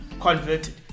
Converted